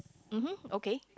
um hm okay